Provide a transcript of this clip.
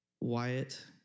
Wyatt